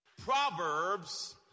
Proverbs